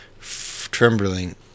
trembling